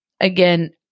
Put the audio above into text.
again